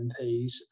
MPs